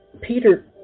Peter